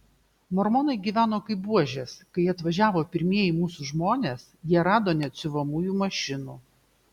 mormonai gyveno kaip buožės kai atvažiavo pirmieji mūsų žmonės jie rado net siuvamųjų mašinų